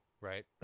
right